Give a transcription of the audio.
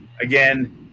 again